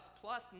Plus